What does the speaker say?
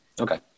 Okay